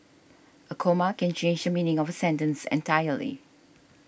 a comma can change the meaning of a sentence entirely